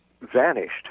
vanished